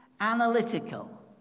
analytical